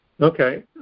Okay